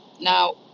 Now